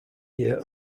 year